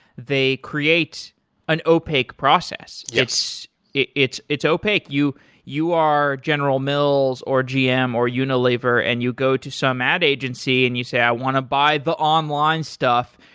they create an opaque process. yeah it's it's opaque. you you are general mills or gm or unilever and you go to some ad agency and you say, i want to buy the online stuff,